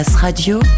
Radio